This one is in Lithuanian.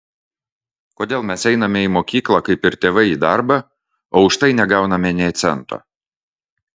kodėl mes einame į mokyklą kaip ir tėvai į darbą o už tai negauname nė cento